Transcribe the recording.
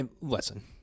Listen